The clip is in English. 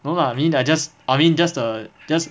no lah I mean I just I mean just a just